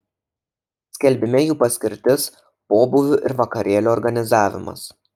skelbime jų paskirtis pobūvių ir vakarėlių organizavimas